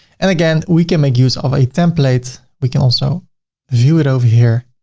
and again, we can make use of a template. we can also view it over here.